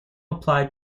applied